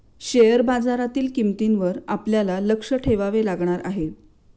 share बाजारातील किंमतींवर आपल्याला लक्ष ठेवावे लागणार आहे